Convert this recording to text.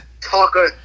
talker